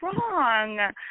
wrong